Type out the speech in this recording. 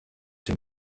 dem